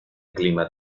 clima